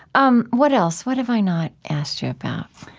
um what else? what have i not asked you about?